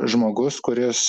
žmogus kuris